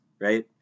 right